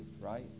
right